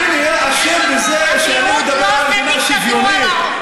אני נהיה אשם בזה שאני מדבר על מדינה שוויונית,